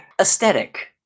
Aesthetic